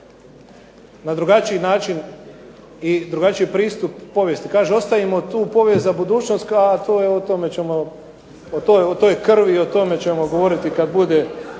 još drugačiji način i drugačiji pristup povijesti. Kaže, ostavimo tu povijest za budućnost, a o toj krvi i o tome ćemo govoriti kad bude